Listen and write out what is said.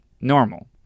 normal